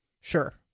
Sure